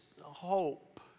hope